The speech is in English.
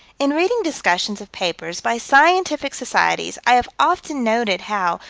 in reading discussions of papers, by scientific societies, i have often noted how,